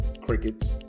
Crickets